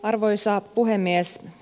arvoisa puhemies